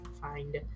find